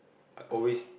I always